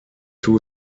two